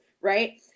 Right